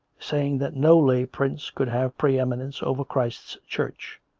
saying that no lay prince could have pre-eminence over christ's church